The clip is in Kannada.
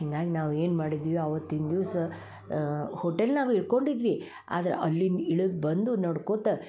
ಹಿಂಗಾಗಿ ನಾವೇನು ಮಾಡಿದ್ವಿ ಆವತ್ತಿನ ದಿವಸ ಹೋಟೆಲ್ನಾಗ ಇಳ್ಕೊಂಡಿದ್ವಿ ಆದ್ರೆ ಅಲ್ಲಿಂದ ಇಳ್ದು ಬಂದು ನಡ್ಕೋತಾ